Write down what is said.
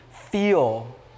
feel